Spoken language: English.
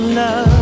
love